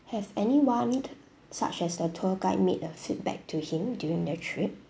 has anyone such as the tour guide make a feedback to him during the trip